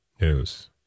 News